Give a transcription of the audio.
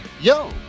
Yo